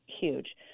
Huge